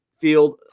Field